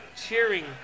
cheering